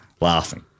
laughing